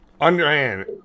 underhand